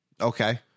Okay